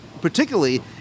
particularly